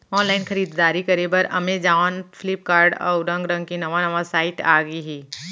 online खरीददारी करे बर अमेजॉन, फ्लिपकार्ट, अउ रंग रंग के नवा नवा साइट आगे हे